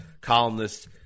columnists